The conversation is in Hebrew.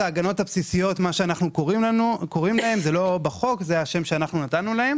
ההגנות הבסיסיות זה השם שאנחנו נתנו להן